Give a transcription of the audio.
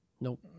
Nope